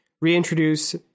reintroduce